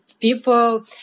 people